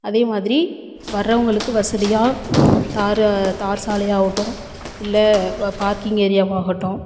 அதே மாதிரி வர்றவங்களுக்கு வசதியாக தார் தார் சாலை ஆவட்டும் இல்லை பார்க்கிங் ஏரியாவாக ஆகட்டும்